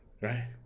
right